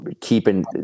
keeping